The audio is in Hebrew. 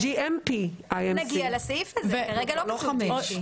אם אפשר לחזור על מה שסוכם